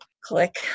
click